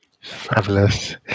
Fabulous